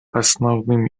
основным